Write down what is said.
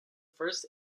first